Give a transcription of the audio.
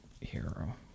Hero